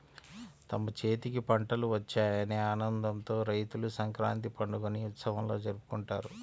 తమ చేతికి పంటలు వచ్చాయనే ఆనందంతో రైతులు సంక్రాంతి పండుగని ఉత్సవంలా జరుపుకుంటారు